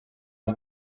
els